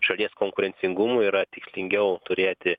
šalies konkurencingumui yra teisingiau turėti